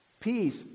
Peace